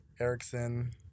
Erickson